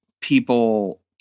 people